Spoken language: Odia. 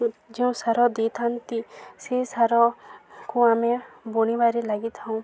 ଯେଉଁ ସାର ଦେଇଥାନ୍ତି ସେଇ ସାରକୁ ଆମେ ବୁଣିବାରେ ଲାଗିଥାଉ